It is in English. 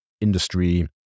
industry